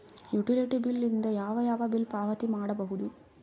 Utility bill ದಿಂದ ಯಾವ ಯಾವ ಬಿಲ್ ಪಾವತಿ ಮಾಡಬಹುದು?